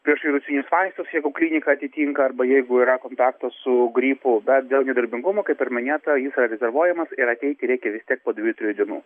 priešvirusinius vaistus jeigu klinika atitinka arba jeigu yra kontaktas su gripu bet dėl nedarbingumo kaip ir minėta jis yra rezervuojamas ir ateiti reikia vis tiek po dviejų trijų dienų